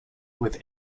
with